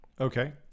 Okay